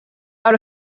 out